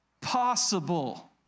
possible